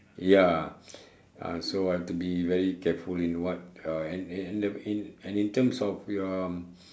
ya uh so I have to be very careful in what uh in in in and in in terms of your